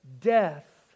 death